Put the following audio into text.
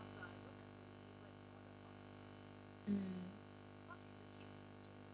mm